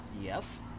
Yes